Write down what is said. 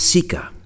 Seeker